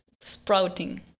sprouting